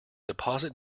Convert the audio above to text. deposit